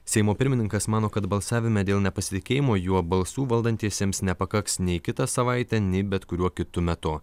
seimo pirmininkas mano kad balsavime dėl nepasitikėjimo juo balsų valdantiesiems nepakaks nei kitą savaitę nei bet kuriuo kitu metu